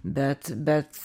bet bet